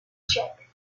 check